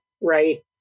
Right